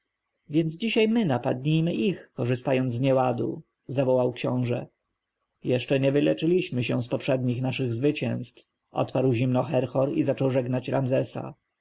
więc dzisiaj my napadnijmy ich korzystając z nieładu zawołał książę jeszcze nie wyleczyliśmy się z poprzednich naszych zwycięstw odparł zimno herhor i zaczął żegnać ramzesa